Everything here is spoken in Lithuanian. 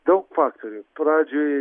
daug faktorių pradžioj